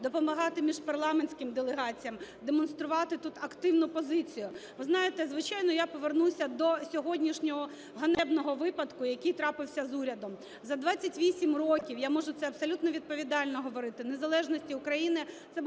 допомагати міжпарламентським делегаціям, демонструвати тут активну позицію. Ви знаєте, звичайно, я повернуся до сьогоднішнього ганебного випадку, який трапився з урядом. За 28 років, я можу це абсолютно відповідально говорити, незалежності України